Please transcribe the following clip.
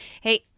Hey